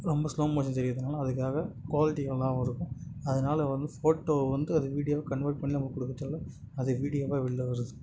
ரொம்ப slow motion செய்கிறதுனால அதுக்காக குவாலிட்டி நல்லாவும் இருக்கும் அதனால வந்து ஃபோட்டோ வந்து அது வீடியோவாக கன்வெர்ட் பண்ணி அவங்க கொடுக்கறத்தால அது வீடியோவாக வெளில் வருது